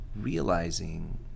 realizing